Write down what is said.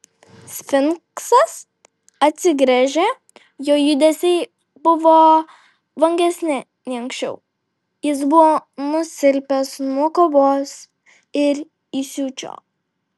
sfinksas atsigręžė jo judesiai buvo vangesni nei anksčiau jis buvo nusilpęs nuo kovos ir įsiūčio